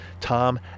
Tom